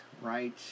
Right